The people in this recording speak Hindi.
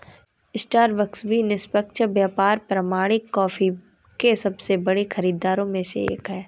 स्टारबक्स भी निष्पक्ष व्यापार प्रमाणित कॉफी के सबसे बड़े खरीदारों में से एक है